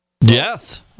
Yes